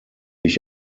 ich